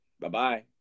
Bye-bye